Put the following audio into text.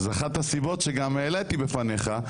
אז אחת הסיבות שגם העליתי בפניך,